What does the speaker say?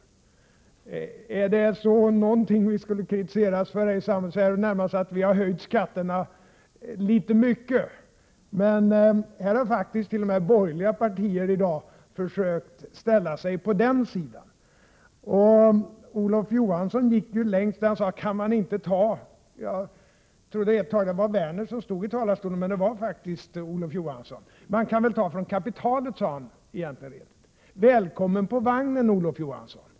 Är det någonting som vi skulle kunna kritiseras för här i samhället, så är det närmast att vi har höjt skatterna väl mycket. Men här i dag har faktiskt t.o.m. borgerliga partier försökt ställa sig på den sidan. Olof Johansson gick längst, när han rent ut sade att man väl kan ta från kapitalet. Jag trodde ett tag att det var Werner som stod i talarstolen, men det var faktiskt Olof Johansson. Välkommen på vagnen, Olof Johansson!